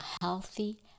healthy